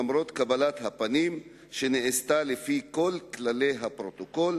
למרות קבלת הפנים שנעשתה לפי כל כללי הפרוטוקול,